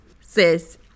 Sis